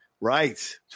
Right